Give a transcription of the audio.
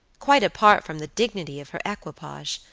quite apart from the dignity of her equipage,